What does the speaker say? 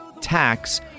tax